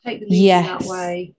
yes